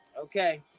okay